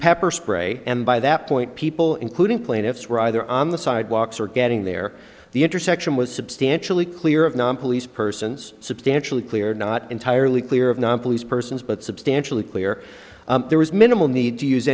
pepper spray and by that point people including plaintiffs were either on the sidewalks or getting there the intersection was substantially clear of non police persons substantially clear not entirely clear of non police persons but substantially clear there was minimal need to use